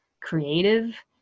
creative